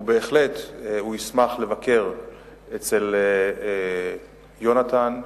ובהחלט הוא ישמח לבקר אצל יונתן בכלאו,